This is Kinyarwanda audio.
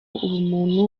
ubumuntu